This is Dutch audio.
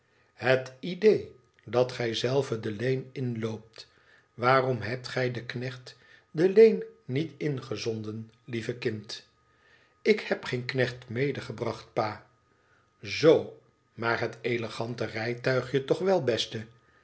het idéé dat gij zelve de lane inloopt waarom hebt gij den knecht de lane niet ingezonden lieve kind lik heb geen knecht meegebracht pa t zoo maar het elegante rijtuigje toch wel beste